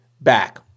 back